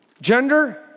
Gender